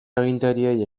agintariei